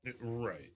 Right